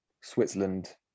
Switzerland